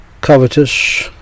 covetous